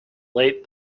late